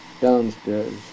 downstairs